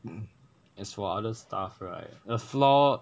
as for other stuff right a floor